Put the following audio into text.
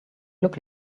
look